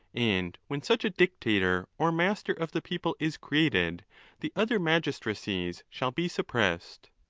and when such a dictator or master of the people is created the other magistracies shall be suppressed.